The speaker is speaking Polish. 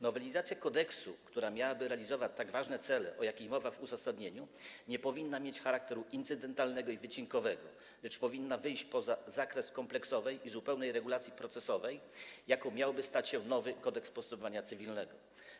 Nowelizacja kodeksu, która miałaby realizować tak ważne cele, o których mowa w uzasadnieniu, nie powinna mieć charakteru incydentalnego i wycinkowego, lecz powinna wejść w zakres kompleksowej i zupełnej regulacji procesowej, jaką miałby stać się nowy Kodeks postępowania cywilnego.